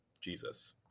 Jesus